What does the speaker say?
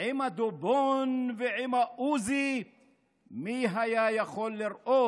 עם הדובון ועם העוזי / מי יכול היה לראות